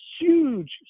huge